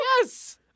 Yes